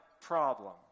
problem